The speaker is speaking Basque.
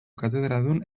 katedradun